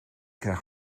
krijg